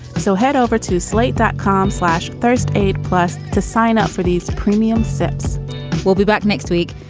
so head over to slate that com slash first aid plus to sign up for these premium sips we'll be back next week.